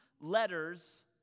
letters